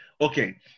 okay